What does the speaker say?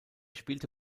spielte